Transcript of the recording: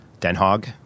Denhog